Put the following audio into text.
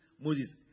Moses